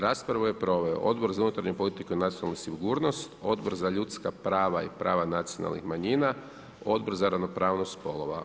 Raspravu je proveo Odbor za unutarnju politiku i nacionalnu sigurnost, Odbor za ljudska prava i prava nacionalnih manjina, Odbor za ravnopravnost spolova.